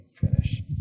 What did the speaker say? finish